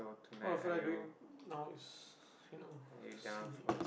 what the fuck am I doing now is you know sleep